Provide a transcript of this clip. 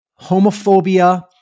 homophobia